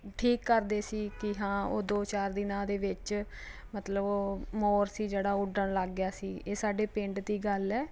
ਠੀਕ ਕਰਦੇ ਸੀ ਕਿ ਹਾਂ ਉਹ ਦੋ ਚਾਰ ਦਿਨਾਂ ਦੇ ਵਿੱਚ ਮਤਲਬ ਉਹ ਮੋਰ ਸੀ ਜਿਹੜਾ ਉੱਡਣ ਲੱਗ ਸੀ ਇਹ ਸਾਡੇ ਪਿੰਡ ਦੀ ਗੱਲ ਹੈ